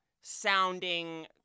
sounding